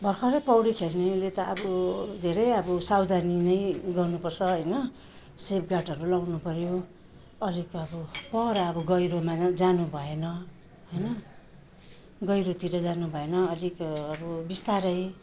भर्खरै पौडी खेल्नेले त अब धेरै अब सावधानी नै गर्नु पर्छ होइन सेफगार्डहरू लाउनु पऱ्यो अलिक अब पर अब गहिरोमा जानु भएन होइन गहिरोतिर जानु भएन अलिक अब बिस्तारै